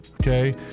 okay